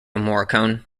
morricone